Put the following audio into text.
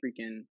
freaking